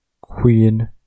queen